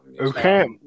Okay